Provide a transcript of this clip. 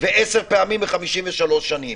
ו-10 פעמים ב-53 שנים.